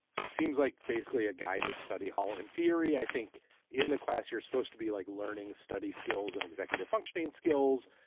it seems like basically a guided study hall in theory. i think in the class you're supposed to be like learning study skills and executive functioning skills.